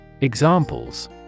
Examples